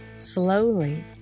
Slowly